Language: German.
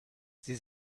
sie